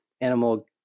animal